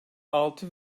altı